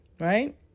right